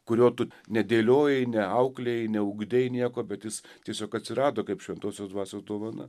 kurio tu nedėliojai neauklėjai neugdei nieko bet jis tiesiog atsirado kaip šventosios dvasios dovana